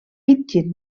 pidgin